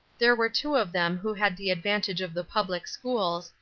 there were two of them who had the advantage of the public schools,